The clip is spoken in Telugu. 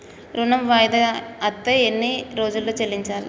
ఋణం వాయిదా అత్తే ఎన్ని రోజుల్లో చెల్లించాలి?